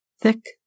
thick